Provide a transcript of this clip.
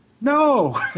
no